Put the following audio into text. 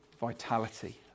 vitality